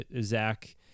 Zach